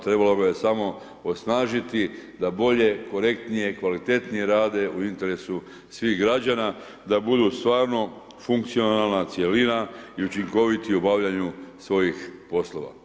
Trebalo ga je samo osnažiti da bolje, korektnije, kvalitetnije rade u interesu svih građana, da budu stvarno funkcionalna cjelina i učinkoviti u obavljanju svojih poslova.